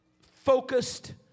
focused